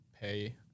pay